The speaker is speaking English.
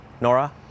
Nora